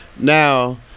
Now